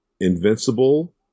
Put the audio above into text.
invincible